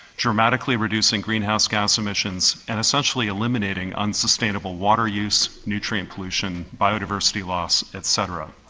dramatically reducing greenhouse gas emissions, and essentially eliminating unsustainable water use, nutrient pollution, biodiversity loss, et cetera.